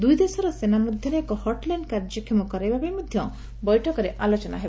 ଦୁଇଦେଶର ସେନାମଧ୍ୟରେ ଏକ ହଟ୍ ଲାଇନ୍ କାର୍ଯ୍ୟକ୍ଷମ କରାଇବା ପାଇଁ ମଧ୍ୟ ବୈଠକରେ ଆଲୋଚନା ହେବ